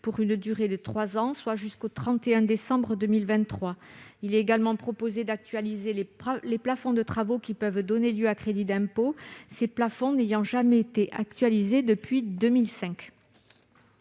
pour une durée de trois ans, soit jusqu'au 31 décembre 2023. Il est également proposé d'actualiser les plafonds de travaux qui peuvent donner lieu à crédits d'impôt, ces plafonds n'ayant jamais été actualisés depuis 2005.